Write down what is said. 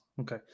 okay